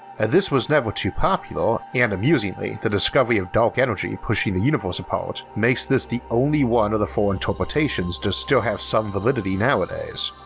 and this was never too popular, and amusingly the discovery of dark energy pushing the universe apart makes this the only one of the four interpretations to still have some validity nowadays.